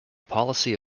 policy